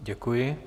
Děkuji.